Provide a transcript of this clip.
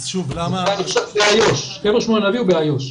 קבר שמואל הנביא הוא באיו"ש.